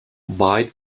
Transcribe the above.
wide